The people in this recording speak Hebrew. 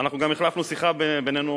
אנחנו גם החלפנו שיחה בינינו,